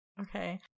Okay